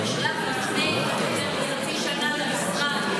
זה נשלח לפני יותר מחצי שנה למשרד,